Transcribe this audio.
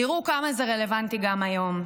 תראו כמה זה רלוונטי גם היום.